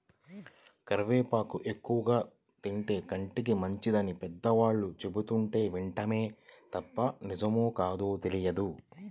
కరివేపాకు ఎక్కువగా తింటే కంటికి మంచిదని పెద్దవాళ్ళు చెబుతుంటే వినడమే తప్ప నిజమో కాదో తెలియదు